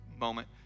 moment